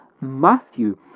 Matthew